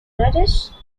reddish